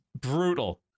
Brutal